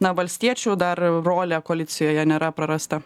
na valstiečių dar rolė koalicijoje nėra prarasta